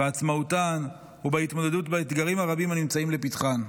בעצמאותן ובהתמודדות עם האתגרים הרבים הנמצאים לפתחן.